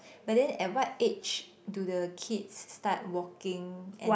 but then at what age do the kids start walking and